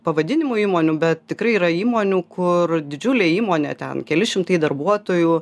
pavadinimų įmonių bet tikrai yra įmonių kur didžiulė įmonė ten keli šimtai darbuotojų